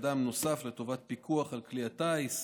אדם נוסף לטובת פיקוח על כלי הטיס,